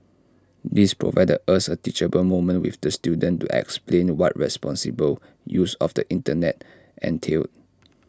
this provided us A teachable moment with the student to explain what responsible use of the Internet entailed